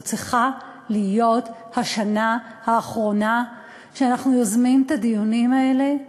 זאת צריכה להיות השנה האחרונה שאנחנו יוזמים את הדיונים האלה.